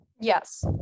yes